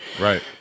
Right